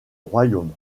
royaume